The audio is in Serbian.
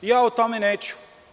Ja o tome neću.